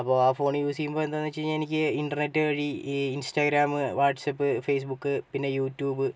അപ്പോൾ ആ phone use ചെയ്യുമ്പോൾ എന്താണെന്ന് വെച്ച് കഴിഞ്ഞാൽ എനിക്ക് ഇൻറ്റർനെറ്റ് വഴി ഇൻസ്റ്റാഗ്രാം വാട്സ്ആപ്പ് ഫേസ്ബുക്ക് പിന്നെ യൂട്യൂബ്